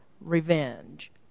revenge